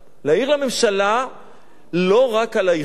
להעיר לממשלה לא רק על האיחור.